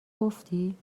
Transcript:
گفتی